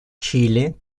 чили